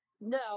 no